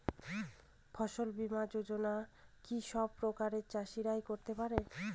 ফসল বীমা যোজনা কি সব প্রকারের চাষীরাই করতে পরে?